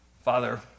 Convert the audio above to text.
Father